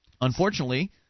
Unfortunately